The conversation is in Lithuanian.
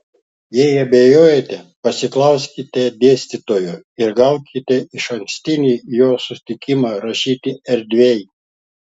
jei abejojate pasiklauskite dėstytojo ir gaukite išankstinį jo sutikimą rašyti erdviai